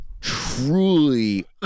truly